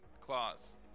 claws